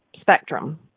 spectrum